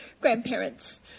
grandparents